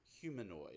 humanoid